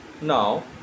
now